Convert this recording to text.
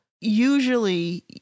usually